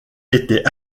était